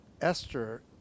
Esther